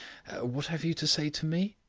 what have you to say to me?